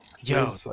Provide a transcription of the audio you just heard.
Yo